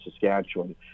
Saskatchewan